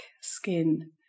skin